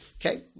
Okay